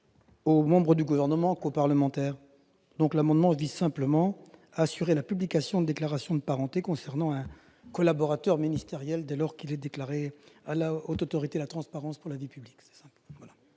aux membres du Gouvernement qu'aux parlementaires. Cet amendement vise à assurer la publication de la déclaration de parenté concernant un collaborateur ministériel dès lors qu'elle a été enregistrée à la Haute Autorité pour la transparence de la vie publique.